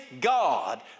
God